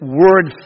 word